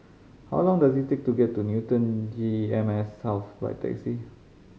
how long does it take to get to Newton G E M S South by taxi